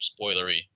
spoilery